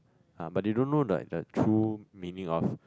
ah but they don't know like the true meaning of